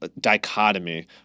dichotomy